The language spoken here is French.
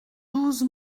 douze